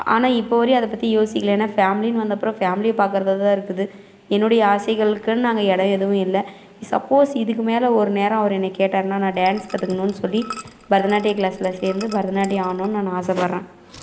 ஆனால் இப்போ வரியும் அதை பற்றி யோசிக்கலை ஏன்னால் ஃபேம்லின்னு வந்த அப்புறம் ஃபேம்லியை பார்க்குறதா தான் இருக்குது என்னுடைய ஆசைகளுக்குன்னு அங்கே இடம் எதுவும் இல்லை சப்போஸ் இதுக்கு மேலே ஒரு நேரம் அவர் என்னை கேட்டாருன்னால் நான் டான்ஸ் கற்றுக்கணுன்னு சொல்லி பரதநாட்டிய கிளாஸில் சேர்ந்து பரதநாட்டியம் ஆடணுன்னு நான் ஆசப்படறேன்